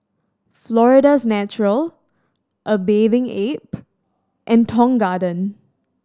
Florida's Natural A Bathing Ape and Tong Garden